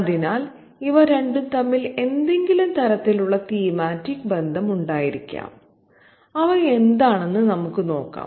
അതിനാൽ ഇവ രണ്ടും തമ്മിൽ ഏതെങ്കിലും തരത്തിലുള്ള തീമാറ്റിക് ബന്ധം ഉണ്ടായിരിക്കാം അവ എന്താണെന്ന് നമുക്ക് നോക്കാം